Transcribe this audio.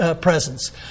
presence